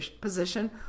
position